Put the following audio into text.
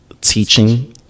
teaching